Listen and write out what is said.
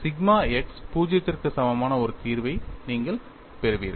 sigma x 0 க்கு சமமான ஒரு தீர்வை நீங்கள் பெறுவீர்கள்